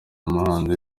umuhanzi